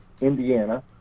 Indiana